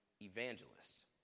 evangelist